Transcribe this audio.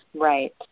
Right